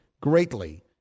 greatly